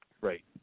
right